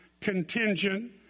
contingent